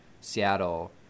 Seattle